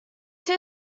two